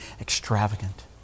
extravagant